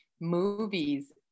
movies